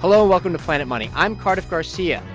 hello, and welcome to planet money i'm cardiff garcia.